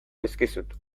dizkizut